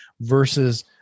versus